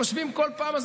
אתם חיים לכם בלה-לה-לנד,